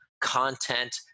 content